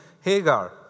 Hagar